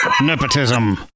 nepotism